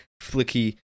flicky